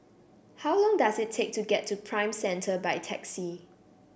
how long does it take to get to Prime Centre by taxi